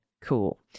Cool